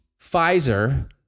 Pfizer